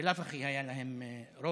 בלאו הכי היה להם רוב.